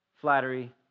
flattery